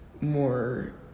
more